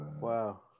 Wow